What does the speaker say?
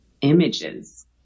images